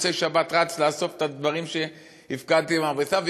במוצאי שבת רץ לאסוף את הדברים שהפקדתי במכבסה,